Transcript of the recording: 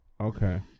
Okay